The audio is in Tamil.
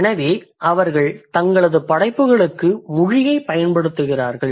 எனவே அவர்கள் தங்களது படைப்புகளுக்கு மொழியைப் பயன்படுத்துகிறார்கள்